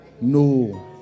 no